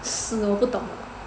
死了我不懂